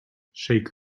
shake